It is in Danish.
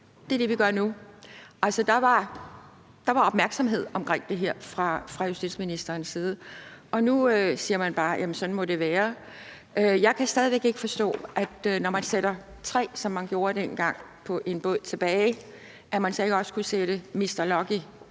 Det er det, vi gør nu. Der var opmærksomhed på det her fra justitsministerens side, og nu siger man bare, at sådan må det være. Jeg kan stadig væk ikke forstå, at man ikke, når man sender tre på en båd tilbage, som man gjorde dengang, også kunne sende Lucky